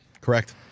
Correct